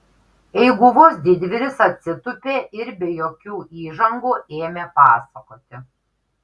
eiguvos didvyris atsitūpė ir be jokių įžangų ėmė pasakoti